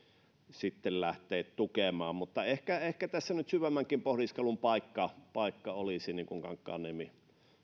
sitten lähteä tukemaan mutta ehkä ehkä tässä nyt syvemmänkin pohdiskelun paikka paikka olisi niin kuin kankaanniemi